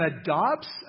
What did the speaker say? adopts